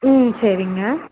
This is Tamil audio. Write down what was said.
ம் சரிங்க